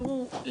תראו,